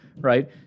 right